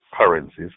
currencies